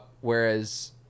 whereas